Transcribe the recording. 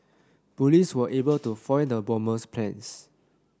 police were able to foil the bomber's plans